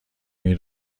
این